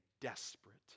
desperate